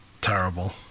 Terrible